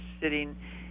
sitting